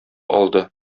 алды